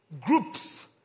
groups